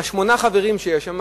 משמונה החברים שיש שם,